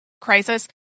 crisis